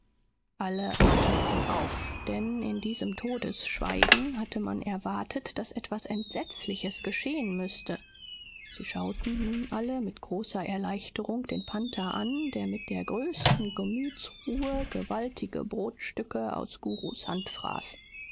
alle atmeten auf denn in diesem todesschweigen hatte man erwartet daß etwas entsetzliches geschehen müßte sie schauten nun alle mit großer erleichterung den panther an der mit der größten gemütsruhe gewaltige brotstücke aus gurus